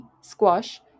squash